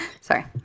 sorry